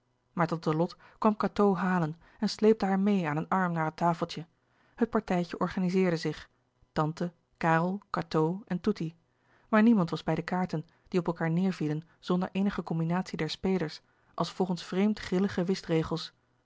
maar tante lot kwam cateau halen en sleepte haar meê aan een arm naar het tafeltje het partijtje organizeerde zich tante karel cateau en toetie maar niemand was bij de kaarten die op elkaâr neêrvielen zonder eenige combinatie der spelers als volgens vreemd grillige